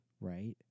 Right